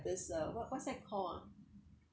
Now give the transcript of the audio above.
this uh what what's that called ah